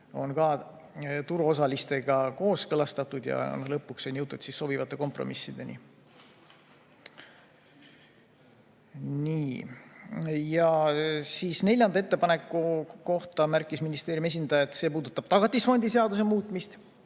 on ka turuosalistega kooskõlastatud ja lõpuks on jõutud sobivatele kompromissidele. Nii. Neljanda ettepaneku kohta märkis ministeeriumi esindaja, et see puudutab Tagatisfondi seaduse muutmist.